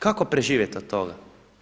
Kako preživjeti od toga?